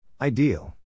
Ideal